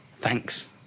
Thanks